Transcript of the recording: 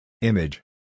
Image